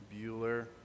Bueller